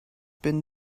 been